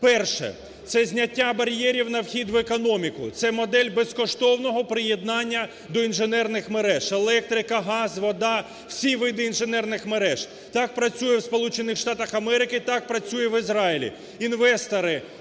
Перше. Це зняття бар'єрів на вхід в економіку. Це модель безкоштовного приєднання до інженерних мереж: електрика, газ, вода – всі види інженерних мереж. Так працює у Сполучених Штатах Америки, так працює в Ізраїлі.